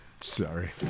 Sorry